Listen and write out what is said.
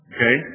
Okay